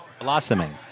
Blossoming